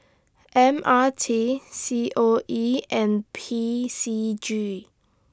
M R T C O E and P C G